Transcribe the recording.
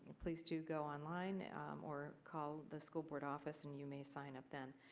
please do go online or call the school board office and you may sign up then.